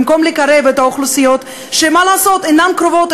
במקום לקרב את האוכלוסיות שאינן קרובות,